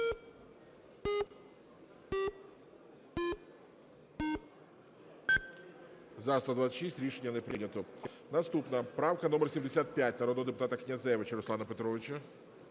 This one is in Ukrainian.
За-126 Рішення не прийнято. Наступна правка - номер 75, народного депутата Князевича Руслана Петровича.